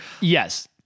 Yes